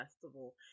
Festival